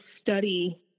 study